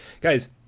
guys